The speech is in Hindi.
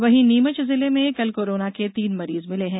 वहीं नीमच जिले में कल कोरोना के तीन मरीज मिले हैं